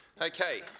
okay